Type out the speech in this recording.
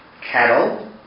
cattle